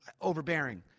overbearing